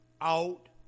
out